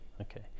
Okay